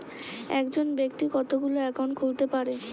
একজন ব্যাক্তি কতগুলো অ্যাকাউন্ট খুলতে পারে?